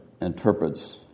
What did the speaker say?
interprets